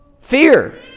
fear